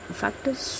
factors